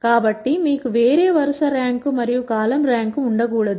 కాబట్టి మీకు వేరే వరుస ర్యాంక్ మరియు కాలమ్ ర్యాంక్ ఉండకూడదు